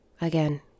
Again